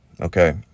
Okay